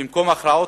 במקום הכרעות